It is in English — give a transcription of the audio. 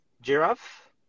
giraffe